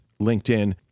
LinkedIn